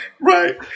Right